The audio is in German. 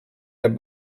der